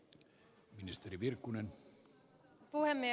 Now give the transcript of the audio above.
arvoisa puhemies